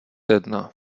jedna